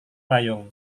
payung